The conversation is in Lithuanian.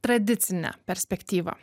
tradicinę perspektyvą